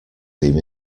seem